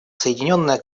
соединенное